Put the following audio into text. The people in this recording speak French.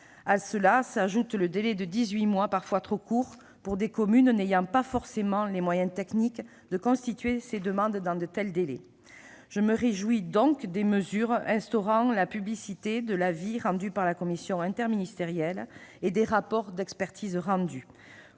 À cela s'ajoute le délai de dix-huit mois parfois trop court pour des communes ne disposant pas forcément des moyens techniques en vue de constituer des dossiers de demande aussi rapidement. Je me réjouis donc des mesures instaurant la publicité de l'avis rendu par la commission interministérielle et des rapports d'expertise rendus.